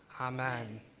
amen